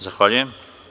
Zahvaljujem.